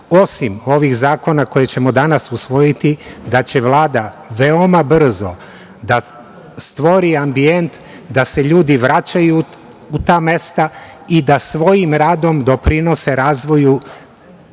osim ovih zakona koje ćemo danas usvojiti, da će Vlada veoma brzo da stvori ambijent da se ljudi vraćaju u ta mesta i da svojim radom doprinose razvoju